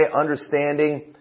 understanding